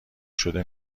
شده